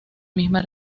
misma